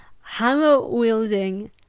hammer-wielding